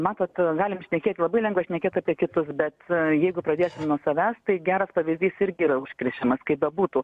matot galim šnekėt labai lengva šnekėt apie kitus bet jeigu pradėsim nuo savęs tai geras pavyzdys irgi yra užkrečiamas kaip bebūtų